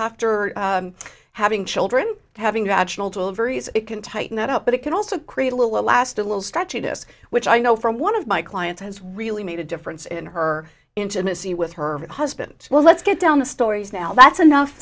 after having children having rational deliveries it can tighten that up but it can also create a little at last a little stretchy disk which i know from one of my clients has really made a difference in her intimacy with her husband well let's get down the stories now that's enough